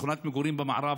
שכונת מגורים במערב,